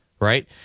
Right